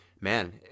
man